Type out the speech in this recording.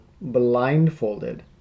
blindfolded